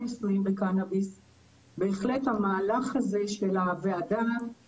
אבל בוודאי שיש הבדלים מהותיים בין חומר שהוא מסונתז,